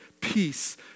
peace